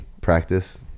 Practice